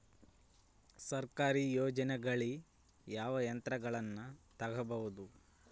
ಸರ್ಕಾರಿ ಯೋಜನೆಗಳಲ್ಲಿ ಯಾವ ಯಂತ್ರಗಳನ್ನ ತಗಬಹುದು?